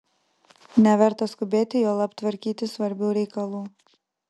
neverta skubėti juolab tvarkyti svarbių reikalų